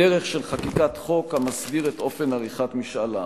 בדרך של חקיקת חוק המסדיר את אופן עריכת משאל העם.